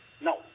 No